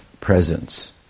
presence